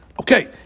Okay